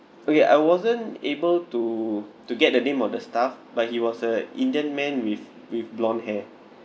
okay I wasn't able to to get the name of the staff but he was a indian man with with blonde hair